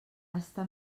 està